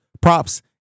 props